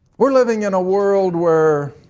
were living in a world where